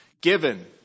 Given